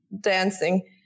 dancing